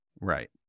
Right